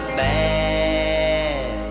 bad